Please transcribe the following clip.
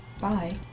Bye